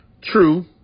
true